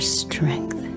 strength